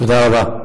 תודה רבה.